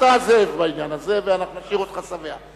אתה הזאב בעניין הזה, ואנחנו נשאיר אותך שבע.